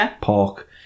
park